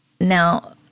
now